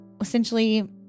essentially